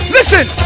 Listen